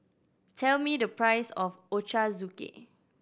tell me the price of Ochazuke